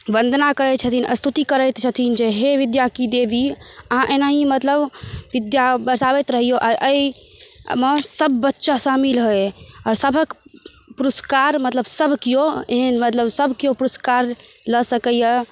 वन्दना करैत छथिन स्तुति करैत छथिन जे हे विद्या की देवी अहाँ एनाहि मतलब विद्या बरसाबैत रहिऔ आ एहिमे सब बच्चा शामिल होइ आओर सबहक पुरस्कार मतलब सब केओ एहन मतलब सब केओ पुरस्कार लऽ सकैए